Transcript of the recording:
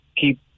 keep